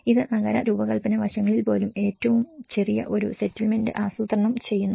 ഇത് നഗര രൂപകല്പന വശങ്ങളിൽ പോലും ഏറ്റവും ചെറിയ ഒരു സെറ്റിൽമെന്റ് ആസൂത്രണം ചെയ്യുന്നു